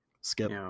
skip